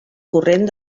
corrent